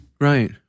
Right